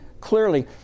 Clearly